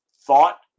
thought